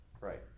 Right